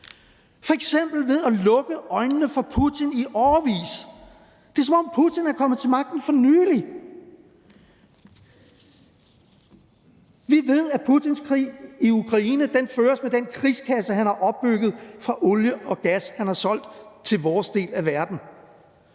f.eks. ved at lukke øjnene for Putin i årevis. Det er, som om Putin er kommet til magten for nylig. Vi ved, at Putins krig i Ukraine føres med den krigskasse, han har opbygget fra olie og gas, han har solgt til vores del af verden.